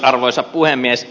arvoisa puhemies